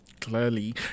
clearly